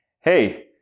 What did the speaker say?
hey